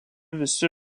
visi